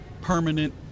permanent